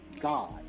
God